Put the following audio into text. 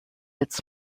its